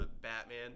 Batman